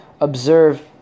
observe